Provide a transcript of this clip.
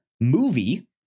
movie